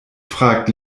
fragt